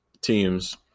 teams